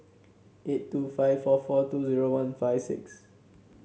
eight two five four four two zero one five six